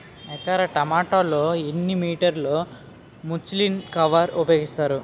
ఎకర టొమాటో లో ఎన్ని మీటర్ లో ముచ్లిన్ కవర్ ఉపయోగిస్తారు?